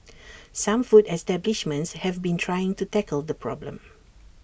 some food establishments have been trying to tackle the problem